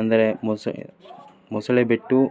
ಅಂದರೆ ಮೊಸೆ ಮೊಸಳೆ ಬಿಟ್ಟು